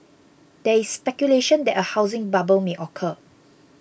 there is speculation that a housing bubble may occur